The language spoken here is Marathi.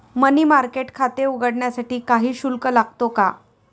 मनी मार्केट खाते उघडण्यासाठी काही शुल्क लागतो का?